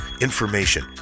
information